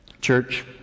church